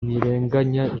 ntirenganya